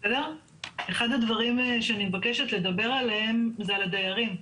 אחד הדברים שאני מבקשת לדבר עליהם זה על הדיירים.